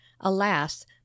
alas